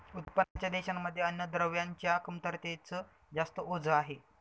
उत्पन्नाच्या देशांमध्ये अन्नद्रव्यांच्या कमतरतेच जास्त ओझ आहे